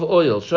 oil